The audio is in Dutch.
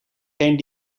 geen